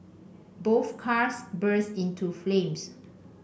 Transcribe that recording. both cars burst into flames